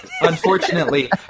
unfortunately